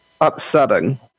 upsetting